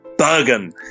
Bergen